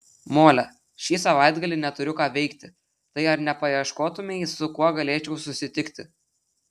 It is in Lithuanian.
mole šį savaitgalį neturiu ką veikti tai ar nepaieškotumei su kuo galėčiau susitikti